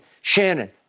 Shannon